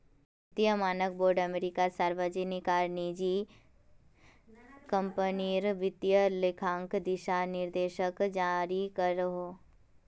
वित्तिय मानक बोर्ड अमेरिकात सार्वजनिक आर निजी क्म्पनीर वित्तिय लेखांकन दिशा निर्देशोक जारी करोहो